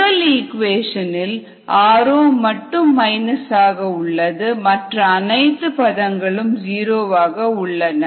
முதல் இக்குவேஷன் இல் r0 மட்டும் மைனஸ் ஆக உள்ளது மற்ற அனைத்து பதங்களும் ஜீரோவாக உள்ளன